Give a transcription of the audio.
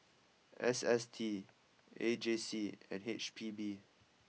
S S T A J C and H P B